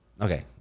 Okay